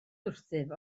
wrthyf